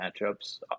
matchups